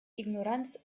ignoranz